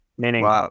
Meaning